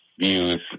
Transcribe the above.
views